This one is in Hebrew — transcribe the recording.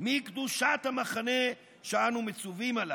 "מקדושת המחנה שאנו מצווים עליו,